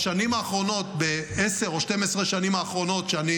בשנים האחרונות, ב-10 או 12 השנים האחרונות, שאני